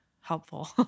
helpful